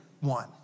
one